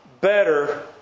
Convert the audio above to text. better